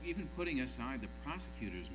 even putting aside the prosecutors